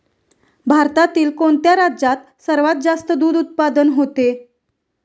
भारतातील कोणत्या राज्यात सर्वात जास्त दूध उत्पादन होते?